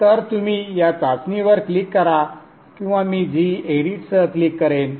तर जर तुम्ही या चाचणीवर क्लिक करा किंवा मी g edit सह क्लिक करेन